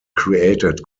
created